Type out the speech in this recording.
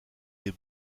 des